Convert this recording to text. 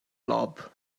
lob